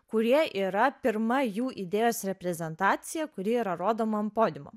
kurie yra pirma jų idėjos reprezentacija kuri yra rodoma ant podiumo